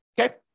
Okay